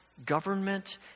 government